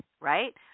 right